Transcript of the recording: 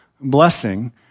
blessing